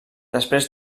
després